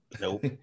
Nope